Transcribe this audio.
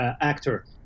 actor